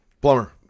Plumber